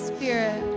Spirit